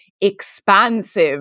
expansive